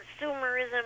consumerism